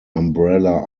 umbrella